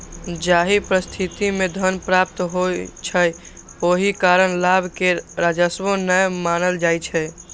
जाहि परिस्थिति मे धन प्राप्त होइ छै, ओहि कारण लाभ कें राजस्व नै मानल जाइ छै